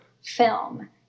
film